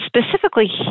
specifically